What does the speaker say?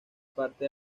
parte